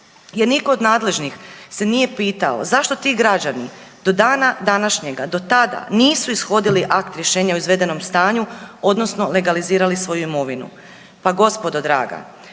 Jer nitko od nadležnih se nije pitao zašto ti građani do dana današnjega, do tada nisu ishodili akt rješenje o izvedenom stanju odnosno legalizirali svoju imovinu. Pa gospodo draga